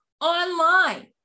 online